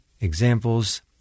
examples